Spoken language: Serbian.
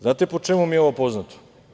Znate po čemu mi je ovo poznato?